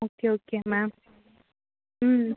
okay okay ma'am ம்